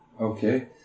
Okay